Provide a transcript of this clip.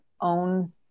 own